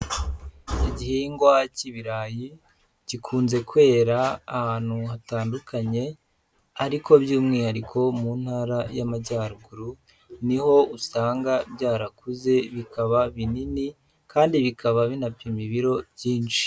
Igihingwa cy'ibirayi, gikunze kwera ahantu hatandukanye, ariko by'umwihariko mu ntara y'Amajyaruguru, niho usanga byarakuze bikaba binini, kandi bikaba binapima ibiro byinshi.